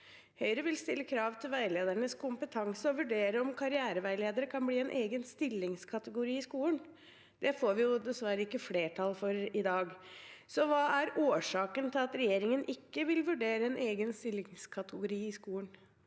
Høyre vil stille krav til veiledernes kompetanse og vurdere om karriereveileder kan bli en egen stillingskategori i skolen. Det får vi dessverre ikke flertall for i dag. Hva er årsaken til at regjeringen ikke vil vurdere en egen stillingskategori i skolen?